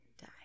die